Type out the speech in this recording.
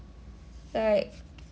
like